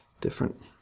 different